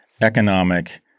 economic